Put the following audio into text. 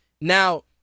Now